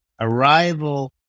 arrival